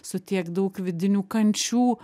su tiek daug vidinių kančių